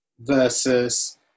versus